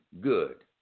good